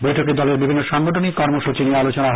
বৈঠকে দলের বিভিন্ন সাংগঠনিক কর্মসূচী নিয়ে আলোচনা হয়